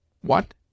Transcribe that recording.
What